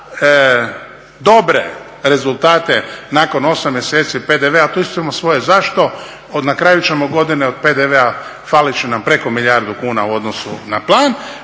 dobre rezultate nakon 8 mjeseci PDV-a, tu isto imamo svoje zašto, na kraju ćemo godine od PDV-a, falit će nam preko milijardu kuna u odnosu na plan.